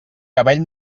cabell